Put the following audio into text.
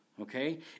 okay